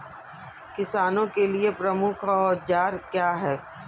किसानों के लिए प्रमुख औजार क्या हैं?